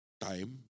time